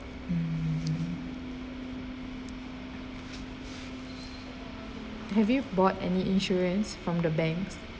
mm have you bought any insurance from the bank